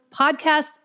podcasts